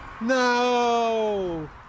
No